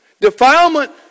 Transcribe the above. Defilement